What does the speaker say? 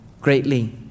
greatly